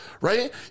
right